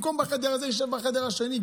במקום בחדר הזה, ישב בחדר השני.